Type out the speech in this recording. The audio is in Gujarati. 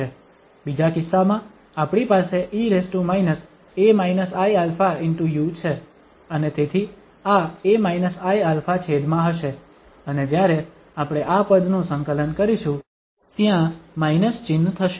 બીજા કિસ્સામાં આપણી પાસે e a iαu છે અને તેથી આ a−iα છેદમાં હશે અને જ્યારે આપણે આ પદનું સંકલન કરીશું ત્યાં માઇનસ ચિહ્ન થશે